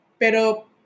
Pero